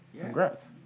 Congrats